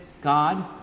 God